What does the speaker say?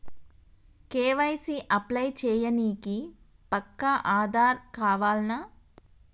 KYC apply చేయనీకి పక్కా ఆధార్ కావాల్నా?